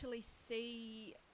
see